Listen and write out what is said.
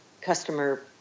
customer